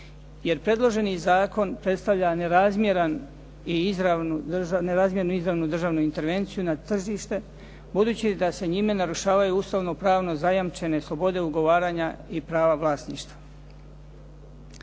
jer predloženi zakon predstavlja nerazmjernu izravnu državnu intervenciju na tržištu, budući da se njime narušavaju ustavno pravno zajamčene slobode ugovaranja i prava vlasništva.